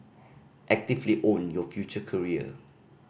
actively own your future career